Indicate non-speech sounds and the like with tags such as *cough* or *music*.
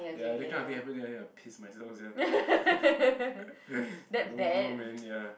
ya that kind of thing happen ya ya piss myself sia *laughs* no go man ya